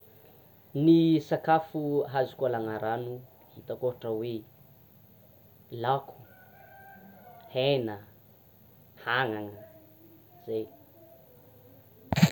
Ny sakafo azoko alana rano, ataoko ohatra hoe: laoko; hena, hanana, zay.